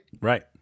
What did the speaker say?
Right